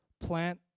plant